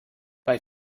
bei